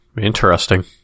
Interesting